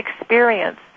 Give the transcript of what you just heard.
experience